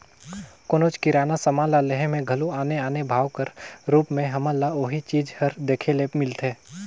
कोनोच किराना समान ल लेहे में घलो आने आने भाव कर रूप में हमन ल ओही चीज हर देखे ले मिलथे